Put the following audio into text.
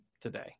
today